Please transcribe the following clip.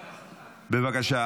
בבקשה.